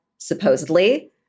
supposedly